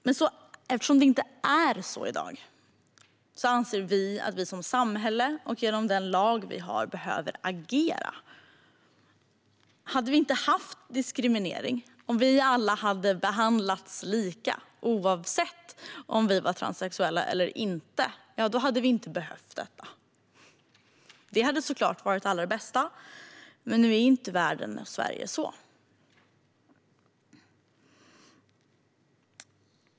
Men eftersom det inte är så i dag anser vi att vi som samhälle och genom den lag vi har behöver agera. Om vi inte hade haft diskriminering, om vi alla hade behandlats lika oavsett om vi var transsexuella eller inte, hade vi inte behövt detta. Det hade såklart varit det allra bästa, men nu är inte världen och Sverige så.